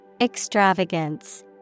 Extravagance